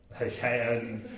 Okay